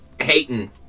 hating